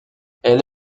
elle